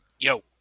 Yo